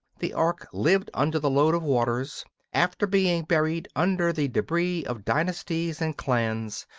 the ark lived under the load of waters after being buried under the debris of dynasties and clans,